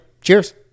Cheers